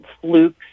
flukes